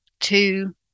two